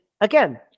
again